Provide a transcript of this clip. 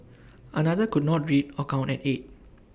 another could not read or count at eight